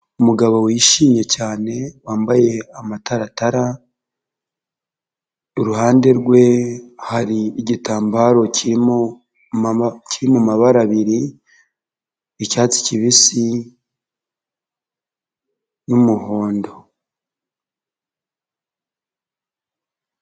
Umugabo wishimye cyane wambaye amataratara iruhande rwe hari igitambaro kiri mu mabara abiri icyatsi kibisi n'umuhondo.